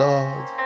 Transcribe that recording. Lord